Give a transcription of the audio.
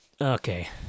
Okay